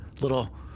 little